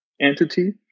entity